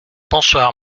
bonsoir